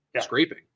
scraping